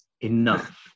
enough